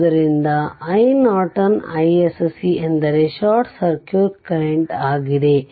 ಆದ್ದರಿಂದ iNorton iSC ಎಂದರೆ short circuit current ಆಗಿದೆ